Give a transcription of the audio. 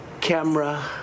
camera